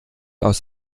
aus